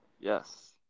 Yes